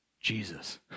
Jesus